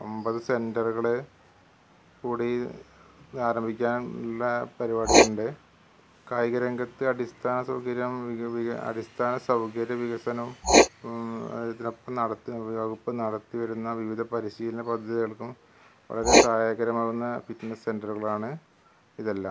ഒമ്പത് സെന്ററുകൾ കൂടി ആരംഭിക്കാൻ ഉള്ള പരിപാടി ഉണ്ട് കായിക രംഗത്ത് അടിസ്ഥാന സൗകര്യം വിക വിക അടിസ്ഥാന സൗകര്യ വികസനം ആ ഇതൊക്കെ നടത്തി വകുപ്പ് നടത്തി വരുന്ന വിവിധ പരിശീലന പദ്ധതികൾക്കും വളരെ സഹായകരമാവുന്ന ഫിറ്റ്നസ് സെന്ററുകളാണ് ഇതെല്ലാം